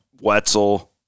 Wetzel